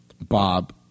Bob